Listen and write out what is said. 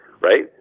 right